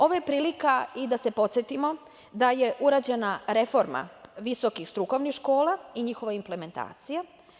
Ovo je prilika i da se podsetimo da je urađena reforma visokih strukovnih škola i njihova implementacija.